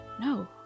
No